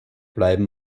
bleiben